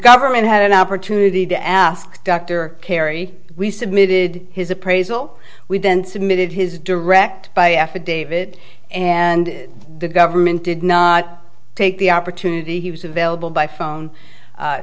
government had an opportunity to ask dr kerry we submitted his appraisal we've been submitted his direct by affidavit and the government did not take the opportunity he was available by phone